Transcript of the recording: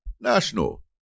National